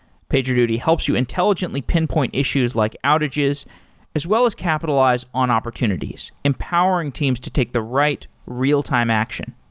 pagerduty helps you intelligently pinpoint issues like outages as well as capitalize on opportunities empowering teams to take the right real-time action.